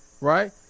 Right